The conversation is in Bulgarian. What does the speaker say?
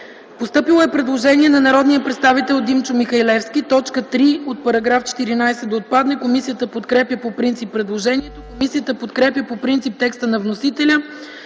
Постъпило е предложение от народния представител Димчо Михалевски – т. 3 от § 14 да отпадне. Комисията подкрепя по принцип предложението. Комисията подкрепя по принцип текста на вносителя